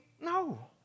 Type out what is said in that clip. No